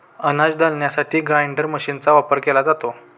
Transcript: अनाज दळण्यासाठी ग्राइंडर मशीनचा वापर केला जातो